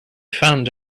found